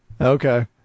Okay